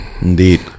indeed